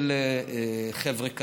של חבר'ה כאלה,